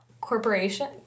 Corporation